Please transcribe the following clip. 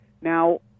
Now